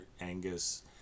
angus